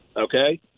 Okay